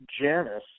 Janice